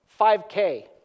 5K